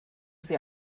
sie